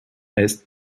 est